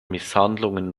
misshandlungen